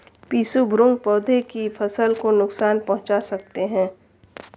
पिस्सू भृंग पौधे की फसल को नुकसान पहुंचा सकते हैं